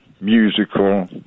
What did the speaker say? musical